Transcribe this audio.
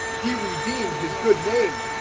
he redeemed his good name.